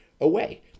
away